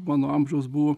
mano amžiaus buvo